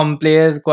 players